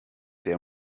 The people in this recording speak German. der